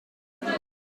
warfare